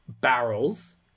barrels